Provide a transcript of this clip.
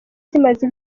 zimaze